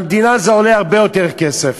למדינה זה עולה הרבה יותר כסף,